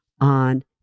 on